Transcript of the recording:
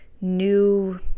new